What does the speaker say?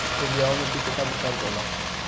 उपजाऊ माटी केतना प्रकार के होला?